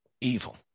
evil